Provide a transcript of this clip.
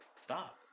Stop